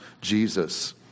Jesus